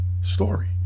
story